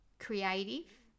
creative